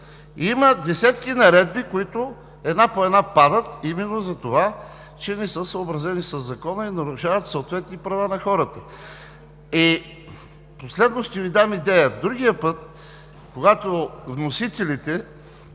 Има десетки наредби, които една по една падат именно за това, че не са съобразени със Закона и нарушават съответни права на хората. И последно – ще Ви дам идея: другия път, когато вносителите